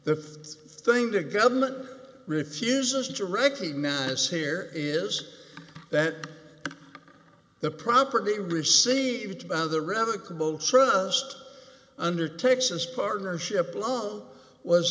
the thing the government refuses to recognize here is that the property received by the revocable trust under texas partnership love was